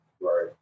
Right